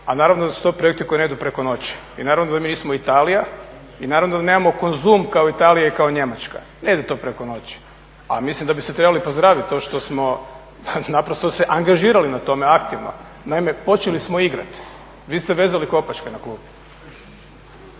a naravno da su to projekti koji ne idu preko noći i naravno da mi nismo Italija i naravno da nemamo Konzum kao Italija i kao Njemačka. Ne ide to preko noći. A mislim da bi trebali pozdraviti to što smo, naprosto se angažirali na tome, aktivno. Naime počeli smo igrati. Vi ste vezali kopačke na klupi.